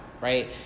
right